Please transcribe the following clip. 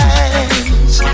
eyes